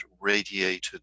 radiated